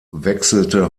wechselte